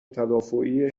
تدافعی